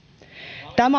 tämä